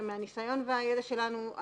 שמהניסיון והידע שלנו,